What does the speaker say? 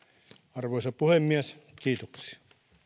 arvoisa puhemies kiitoksia